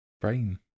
Brain